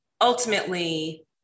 ultimately